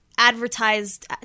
advertised